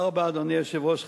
אדוני היושב-ראש,